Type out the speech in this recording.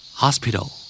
hospital